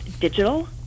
digital